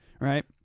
right